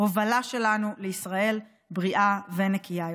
מההובלה שלנו לישראל בריאה ונקייה יותר.